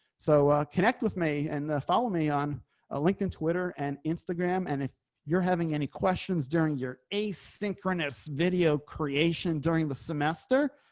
so connect with me and follow me on ah linkedin, twitter and instagram, and if you're having any questions during your asynchronous video creation during the semester,